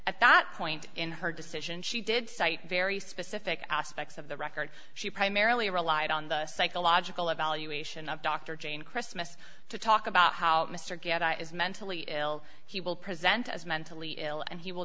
at that point in her decision she did cite very specific aspects of the record she primarily relied on the psychological evaluation of dr jean christmas to talk about how mr get out is mentally ill he will present as mentally ill and he will